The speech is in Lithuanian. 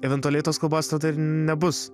eventualiai tos kalbos tada ir nebus